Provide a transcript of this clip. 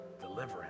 deliverance